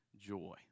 joy